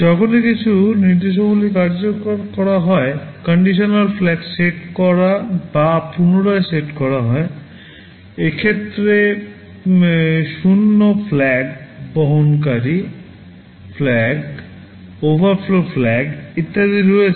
যখনই কিছু নির্দেশাবলী কার্যকর করা হয় CONDITIONAL FLAG সেট করা বা পুনরায় সেট করা হয় এখানে শূন্য FLAG বহনকারী FLAG overflow FLAG ইত্যাদি রয়েছে